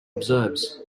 observes